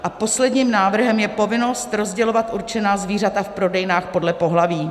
A posledním návrhem je povinnost rozdělovat určená zvířata v prodejnách podle pohlaví.